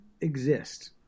exist